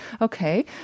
Okay